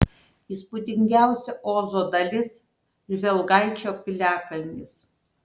įspūdingiausia ozo dalis žvelgaičio piliakalnis